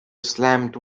slammed